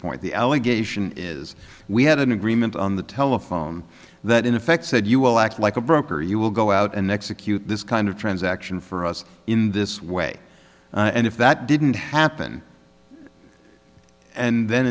point the allegation is we had an agreement on the telephone that in effect said you will act like a broker you will go out and execute this kind of transaction for us in this way and if that didn't happen and then